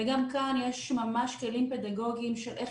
וגם כאן יש ממש כלים פדגוגיים של איך